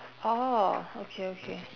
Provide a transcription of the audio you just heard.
orh okay okay